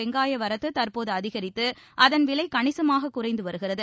வெங்காய வரத்து தற்போது அதிகரித்து அதன் விலை கணிசமாக குறைந்து வருகிறது